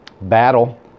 battle